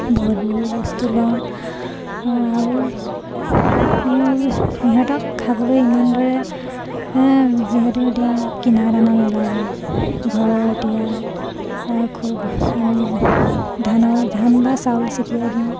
বহুতবোৰ বস্তু লওঁ আৰু ইহঁতক খাবলৈ ইমানদৰে যিহেতু এতিয়া কিনা দানা নালাগে ঘৰৰ এতিয়া খুব আমি ধানৰ ধান বা চাউল চিটিয়াই দিওঁ